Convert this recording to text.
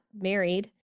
married